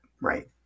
right